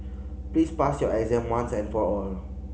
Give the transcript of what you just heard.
please pass your exam once and for all